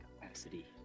capacity